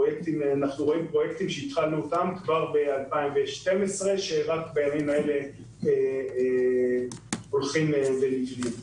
אנחנו רואים פרויקטים שהתחלנו ב-2012 ורק בימים אלה הולכים ונבנים.